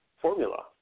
formula